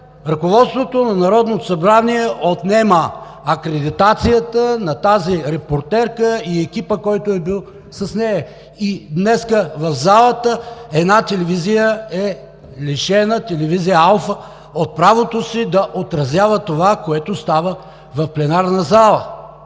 ръководството на Народното събрание отнема акредитацията на тази репортерка и екипа, който е бил с нея. Днес една телевизия е лишена – телевизия „Алфа“, от правото си да отразява това, което става в пленарната зала.